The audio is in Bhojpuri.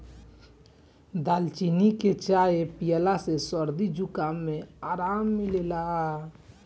दालचीनी के चाय पियला से सरदी जुखाम में आराम मिलेला